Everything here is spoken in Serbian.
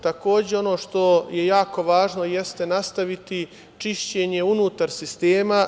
Takođe, ono što je jako važno jeste nastaviti čišćenje unutar sistema.